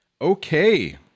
Okay